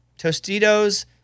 Tostitos